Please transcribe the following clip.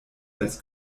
als